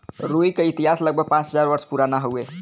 रुई क इतिहास लगभग पाँच हज़ार वर्ष पुराना हउवे